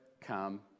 come